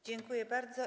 Dziękuję bardzo.